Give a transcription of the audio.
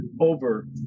over